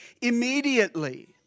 immediately